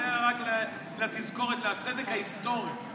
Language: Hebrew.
זה רק תזכורת לצדק ההיסטורי.